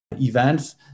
events